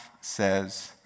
says